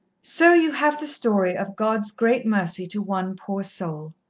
so you have the story of god's great mercy to one poor soul,